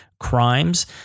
Crimes